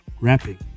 rapping